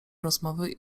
rozmowy